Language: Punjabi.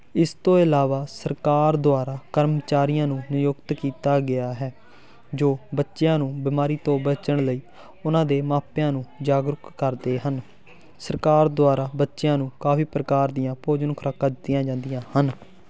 ਇਸ ਤੋਂ ਇਲਾਵਾ ਸਰਕਾਰ ਦੁਆਰਾ ਕਰਮਚਾਰੀਆਂ ਨੂੰ ਨਿਯੁਕਤ ਕੀਤਾ ਗਿਆ ਹੈ ਜੋ ਬੱਚਿਆਂ ਨੂੰ ਬਿਮਾਰੀ ਤੋਂ ਬਚਣ ਲਈ ਉਹਨਾਂ ਦੇ ਮਾਪਿਆਂ ਨੂੰ ਜਾਗਰੂਕ ਕਰਦੇ ਹਨ ਸਰਕਾਰ ਦੁਆਰਾ ਬੱਚਿਆਂ ਨੂੰ ਕਾਫੀ ਪ੍ਰਕਾਰ ਦੀਆਂ ਭੋਜਨ ਖੁਰਾਕਾਂ ਦਿੱਤੀਆਂ ਜਾਂਦੀਆਂ ਹਨ